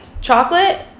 chocolate